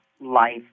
life